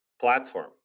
platform